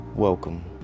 Welcome